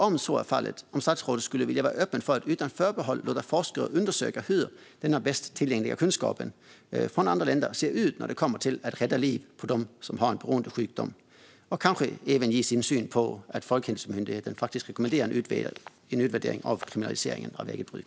Om så är fallet, skulle statsrådet då vilja vara öppen för att utan förbehåll låta forskare undersöka hur "bästa tillgängliga kunskap" i andra länder ser ut när det kommer till att rädda livet på dem som har en beroendesjukdom? Vill statsrådet också ge sin syn på att Folkhälsomyndigheten faktiskt rekommenderar en utvärdering av kriminaliseringen av eget bruk?